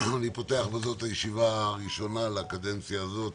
אני פותח בזאת את הישיבה הראשונה לקדנציה הזאת